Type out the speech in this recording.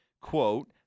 quote